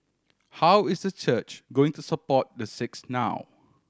how is the church going to support the six now